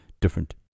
different